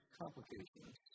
complications